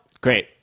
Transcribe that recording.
Great